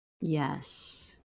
Yes